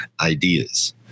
ideas